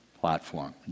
platform